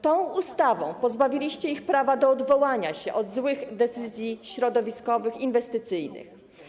Tą ustawą pozbawiliście ich prawa do odwołania się od złych decyzji środowiskowych, inwestycyjnych.